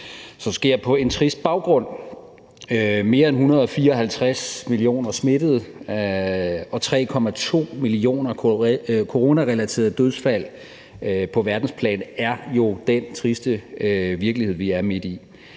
kommer på en trist baggrund. Mere end 154 millioner smittede og 3,2 millioner coronarelaterede dødsfald på verdensplan er jo den triste virkelighed, vi er midt i,